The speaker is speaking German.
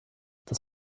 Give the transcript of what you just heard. das